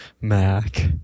Mac